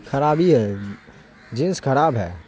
خرابی ہے جنس خراب ہے